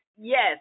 Yes